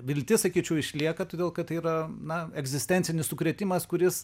viltis sakyčiau išlieka todėl kad tai yra na egzistencinis sukrėtimas kuris